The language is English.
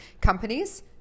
companies